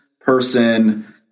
person